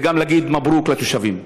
וגם להגיד מברוכ לתושבים.